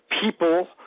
people